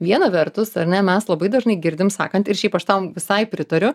viena vertus ar ne mes labai dažnai girdim sakant ir šiaip aš tam visai pritariu